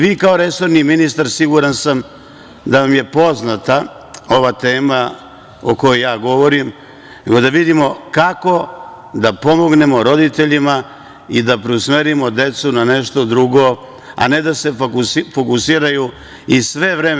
Vi, kao resorni ministar, siguran sam, da vam je poznata ova tema o kojoj ja govorim, pa da vidimo kako da pomognemo roditeljima i da preusmerimo decu na nešto drugo, a ne da se fokusiraju i sve vreme…